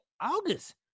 August